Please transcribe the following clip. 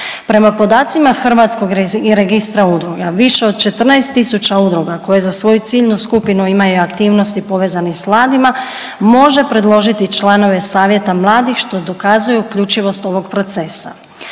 Prema podacima hrvatskog Registra udruga, više od 14 tisuća udruga koje za svoju ciljnu skupinu imaju aktivnosti povezane s mladima, može predložiti članove savjeta mladih, što dokazuju uključivost ovog procesa.